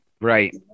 Right